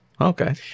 Okay